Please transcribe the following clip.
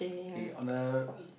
okay on the